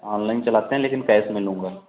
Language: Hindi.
ऑनलाइन चलाते हैं लेकिन कैस में लूँगा